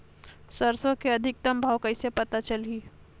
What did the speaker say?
सरसो के अधिकतम भाव कइसे पता चलही?